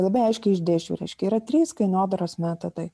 labai aiškiai išdėsčiau reiškia yra trys kainodaros metodai